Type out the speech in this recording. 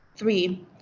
Three